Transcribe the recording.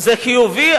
זה חיובי,